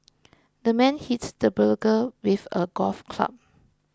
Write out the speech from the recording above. the man hit the burglar with a golf club